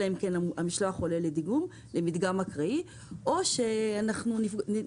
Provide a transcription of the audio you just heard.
אם המשלוח עולה למדגם אקראי או שנעשה